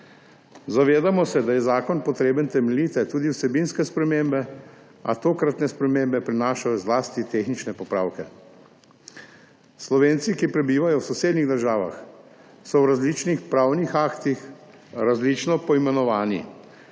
Zavedamo se, da je zakon potreben temeljite, tudi vsebinske spremembe, a tokratne spremembe prinašajo zlasti tehnične popravke. Slovenci, ki prebivajo v sosednjih državah, so v različnih pravnih aktih različno poimenovani.